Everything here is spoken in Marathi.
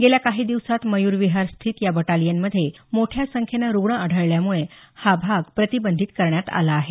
गेल्या काही दिवसांत मयूर विहार स्थित या बटालीयनमधे मोठ्या संख्येनं रुग्ण आढळल्यामुळे हा भाग प्रतिबंधित करण्यात आला आहे